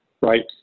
right